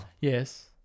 Yes